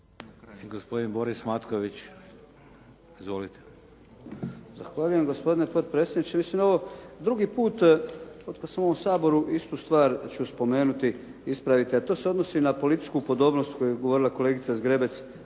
**Matković, Borislav (HDZ)** Zahvaljujem. Gospodine potpredsjedniče. Mislim da je ovo drugi put od kad sam u ovom Saboru istu stvar ću spomenuti i ispraviti a to se odnosi na političku podobnost o kojoj je govorila kolegica Zgrebec